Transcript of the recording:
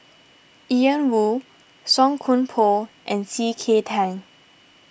Ian Woo Song Koon Poh and C K Tang